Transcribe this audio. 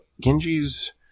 genji's